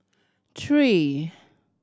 three